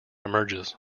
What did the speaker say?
emerges